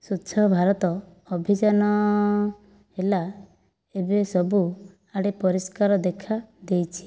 ସ୍ୱଛଭାରତ ଅଭିଯାନ ହେଲା ଏବେ ସବୁଆଡ଼େ ପରିଷ୍କାର ଦେଖା ଦେଇଛି